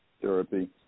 therapy